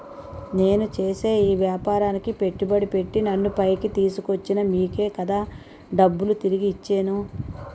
నేను చేసే ఈ వ్యాపారానికి పెట్టుబడి పెట్టి నన్ను పైకి తీసుకొచ్చిన మీకే కదా డబ్బులు తిరిగి ఇచ్చేను